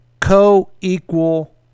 co-equal